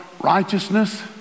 righteousness